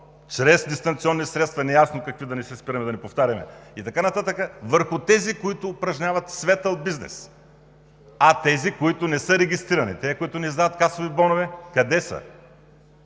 чрез дистанционни средства – неясно какви, да не се спирам, да не повтарям, и така нататък – върху тези, които упражняват светъл бизнес. А тези, които не са регистрирани, тези, които не знаят касови бонове, къде са?